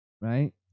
right